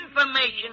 information